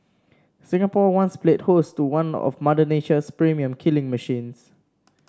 Singapore once played host to one of Mother Nature's premium killing machines